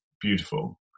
beautiful